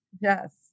Yes